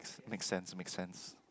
makes sense makes sense